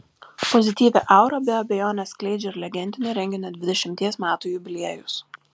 pozityvią aurą be abejonės skleidžia ir legendinio renginio dvidešimties metų jubiliejus